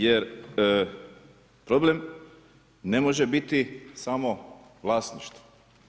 Jer problem ne može biti samo vlasništvo.